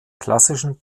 klassischen